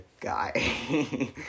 guy